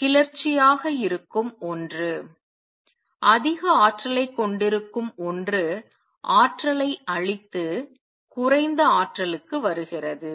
கிளர்ச்சியாக இருக்கும் ஒன்று அதிக ஆற்றலைக் கொண்டிருக்கும் ஒன்று ஆற்றலை அளித்து குறைந்த ஆற்றலுக்கு வருகிறது